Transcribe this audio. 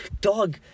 Dog